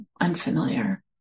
unfamiliar